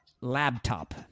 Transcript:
Laptop